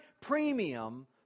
premium